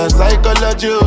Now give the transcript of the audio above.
psychology